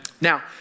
Now